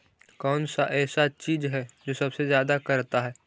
कौन सा ऐसा चीज है जो सबसे ज्यादा करता है?